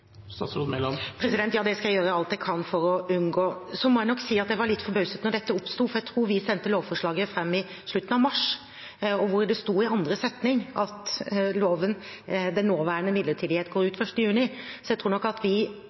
Ja, det skal jeg gjøre alt jeg kan for å unngå. Så må jeg nok si jeg var litt forbauset da dette oppsto, for jeg tror vi sendte lovforslaget i slutten av mars, og det sto i andre setning at den nåværende midlertidighet går ut 1. juni. Jeg trodde nok at med de tidsperspektivene vi